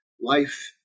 Life